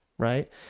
right